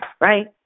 right